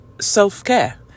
self-care